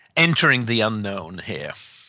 entering the unknown here.